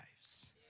lives